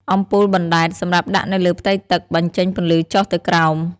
អំពូលបណ្តែត សម្រាប់ដាក់នៅលើផ្ទៃទឹក បញ្ចេញពន្លឺចុះទៅក្រោម។